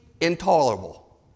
intolerable